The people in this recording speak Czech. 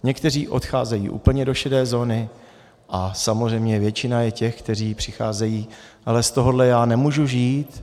Někteří odcházejí úplně do šedé zóny a samozřejmě většina je těch, kteří přicházejí: ale z tohoto já nemůžu žít.